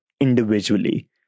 individually